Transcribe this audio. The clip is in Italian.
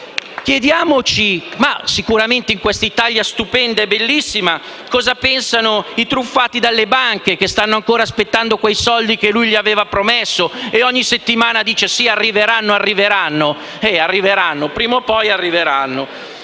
Chiediamoci, in questa Italia stupenda e bellissima, cosa pensano i truffati dalle banche che stanno ancora aspettando quei soldi che lui gli aveva promesso, e ogni settimana dice che, sì, arriveranno, arriveranno. Eh! Arriveranno,